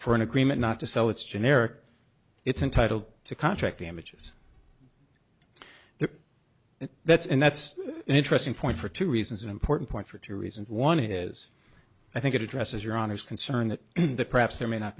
for an agreement not to sell it's generic it's entitled to contract damages there and that's and that's an interesting point for two reasons an important point for two reasons one is i think it addresses your honour's concern that perhaps there may not